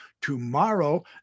tomorrow